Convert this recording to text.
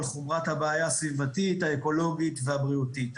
על חומרת הבעיה הסביבתית האקולוגית והבריאותית.